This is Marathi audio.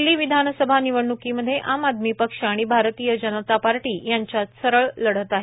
दिल्ली विधानसभा निवडण्कीमध्ये आम आदमी पक्ष आणि भारतीय जनता पार्टी यांच्यात लढत आहे